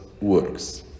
works